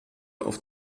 auf